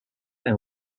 and